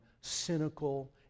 cynical